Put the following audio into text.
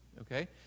okay